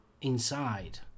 inside